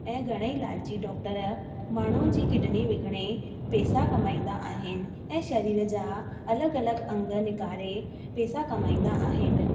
ऐं घणे ई लालची डॉक्टर माण्हुनि जी किडनी विकिणे पैसा कमाईंदा आहिनि ऐं शरीर जा अलॻि अलॻि अंग निकारे पैसा कमाईंदा आहिनि